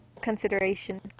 consideration